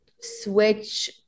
switch